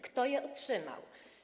Kto je otrzymał?